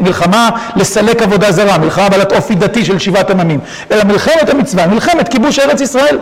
מלחמה לסלק עבודה זרה, מלחמה בעלת אופי דתי של שבעת עממים. אלא מלחמת המצווה, מלחמת כיבוש ארץ ישראל.